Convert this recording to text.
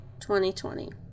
2020